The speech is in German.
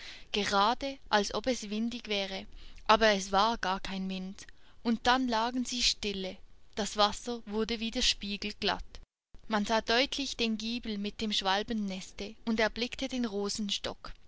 gerade als ob es windig wäre aber es war gar kein wind und dann lagen sie stille das wasser wurde wieder spiegelglatt man sah deutlich den giebel mit dem schwalbenneste und erblickte den rosenstock